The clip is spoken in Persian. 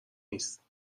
نیست